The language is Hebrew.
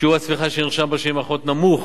שיעור הצמיחה שנרשם בשנים האחרונות נמוך